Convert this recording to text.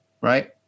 right